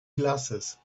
glasses